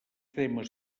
temes